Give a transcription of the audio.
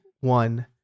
one